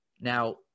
Now